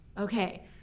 okay